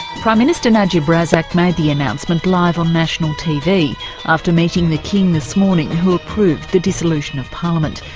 prime minister najib razak made the announcement live on national tv after meeting the king this morning who approved the dissolution of parliament.